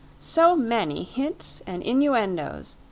so many hints and innuendoes.